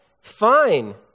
Fine